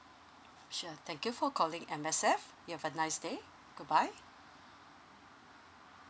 sure thank you for calling M_S_F you have a nice day good bye